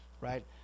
right